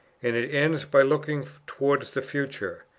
and it ends by looking towards the future.